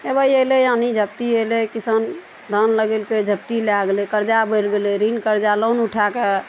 हेबै अयलै यानि झपटी अयलै किसान धान लगेलकै झपटी लए गेलै कर्जा बढ़ि गेलै ऋण कर्जा लोन उठाकऽ